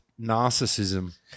narcissism